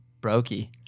Brokey